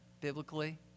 biblically